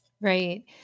Right